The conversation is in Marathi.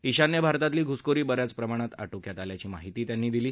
ईशान्य भारतातली घ्सखोरी ब याच प्रमाणात आटोक्यात आल्याची माहिती त्यांनी दिली